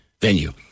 venue